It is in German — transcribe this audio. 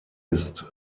ist